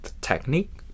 technique